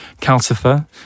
Calcifer